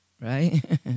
right